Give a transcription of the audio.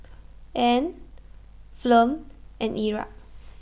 Ann Flem and Erik